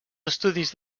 estudis